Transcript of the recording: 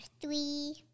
three